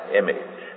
image